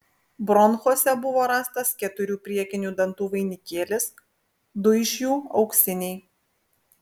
bronchuose buvo rastas keturių priekinių dantų vainikėlis du iš jų auksiniai